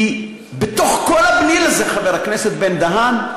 כי בתוך כל הבליל הזה, חבר הכנסת בן-דהן,